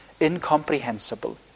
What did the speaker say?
incomprehensible